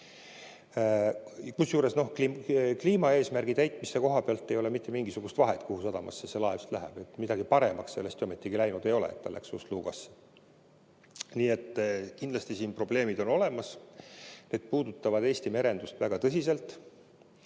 Kusjuures kliimaeesmärgi täitmise koha pealt ei ole mitte mingisugust vahet, kuhu sadamasse laev läheb, midagi paremaks sellest ju ometigi läinud ei ole, et ta läks Ust-Lugasse. Nii et kindlasti siin probleemid on olemas, need puudutavad Eesti merendust väga tõsiselt.